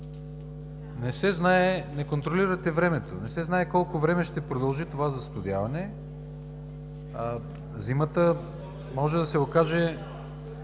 от ГЕРБ.) Не контролирате времето. Не се знае колко време ще продължи това застудяване. Зимата може да се окаже